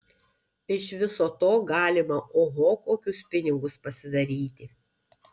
iš viso to galima oho kokius pinigus pasidaryti